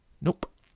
Nope